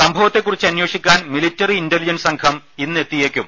സംഭവത്തെക്കുറിച്ച് അന്വേ ഷിക്കാൻ മിലിട്ടറി ഇന്റലിജൻസ് സംഘം ഇന്ന് എത്തിയേക്കും